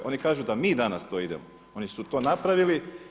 Oni kažu da mi danas to idemo koji su to napravili.